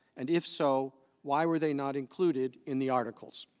and if so why were they not included in the articles?